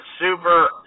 super